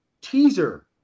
teaser